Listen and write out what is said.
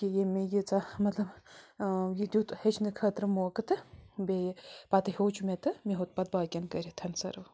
کہِ یٔمۍ مےٚ ییٖژاہ یہِ دیُت ہیٚچھ نہٕ خٲطرٕ موقعہٕ تہٕ بیٚیہِ پتہٕ ہیٚچھ مےٚ تہٕ مےٚ ہیٚوت پتہٕ باقِین کٔرِتھ سٔرو